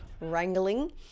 wrangling